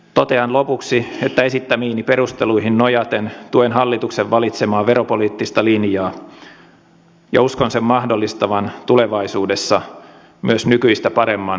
totean lopuksi että esittämiini perusteluihin nojaten tuen hallituksen valitsemaa veropoliittista linjaa ja uskon sen mahdollistavan tulevaisuudessa myös nykyistä paremman työllisyyskehityksen